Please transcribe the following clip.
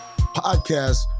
podcast